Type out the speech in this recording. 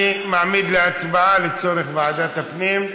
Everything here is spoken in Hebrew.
אני מעמיד להצבעה לוועדת הפנים.